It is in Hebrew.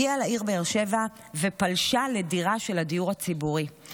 הגיעה לעיר באר שבע ופלשה לדירה של הדיור הציבורי,